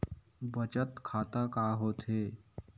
बचत खाता का होथे?